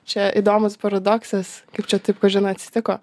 čia įdomus paradoksas kaip čia taip kažin atsitiko